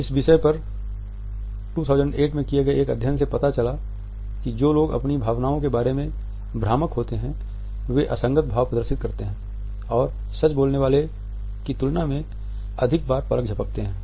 इस विषय पर 2008 में किए गए अध्ययन से पता चला कि जो लोग अपनी भावनाओं के बारे में भ्रामक होते हैं वे असंगत भाव प्रदर्शित करते हैं और सच बोलने वालों की तुलना में अधिक बार पलक झपकाते हैं